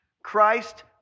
Christ